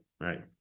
right